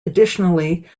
additionally